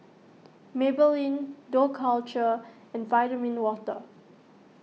Maybelline Dough Culture and Vitamin Water